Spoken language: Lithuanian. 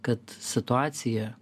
kad situacija